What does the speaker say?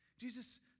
Jesus